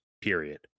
period